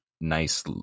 nice